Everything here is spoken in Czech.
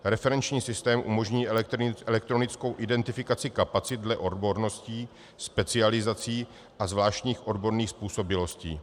Referenční systém umožní elektronickou identifikaci kapacit dle odborností, specializací a zvláštních odborných způsobilostí.